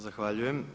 Zahvaljujem.